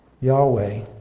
Yahweh